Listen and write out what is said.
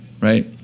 right